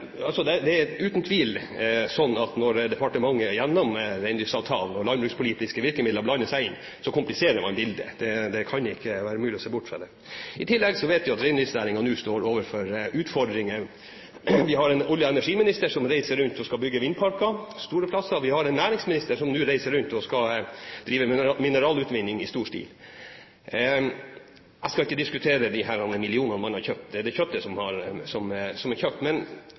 uten tvil sånn at når departementet gjennom reindriftsavtalen og landbrukspolitiske virkemidler blander seg inn, så kompliserer man bildet. Det kan det ikke være mulig å se bort fra. I tillegg vet vi jo at reindriftsnæringen nå står overfor utfordringer. Vi har en olje- og energiminister som reiser rundt og skal bygge vindparker, på store plasser, og vi har en næringsminister som nå reiser rundt og skal drive mineralutvinning i stor stil. Jeg skal ikke diskutere disse millionene man har brukt, og det kjøttet som er kjøpt, men har statsråden noen visjoner om hvordan man framover kan hjelpe reindriftsnæringen i det som blir en